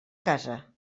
casa